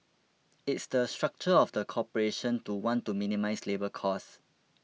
it's the structure of the corporation to want to minimise labour costs